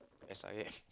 as I have